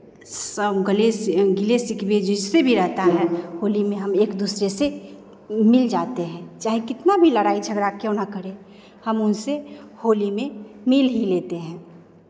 सब गले से गिले शिकवे जिससे भी रहता है होली में हम एक दूसरे से मिल जाते हैं चाहे कितना भी लड़ाई झगड़ा क्यों ना करें हम उनसे होली में मिल ही लेते हैं